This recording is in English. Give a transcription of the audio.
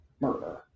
murder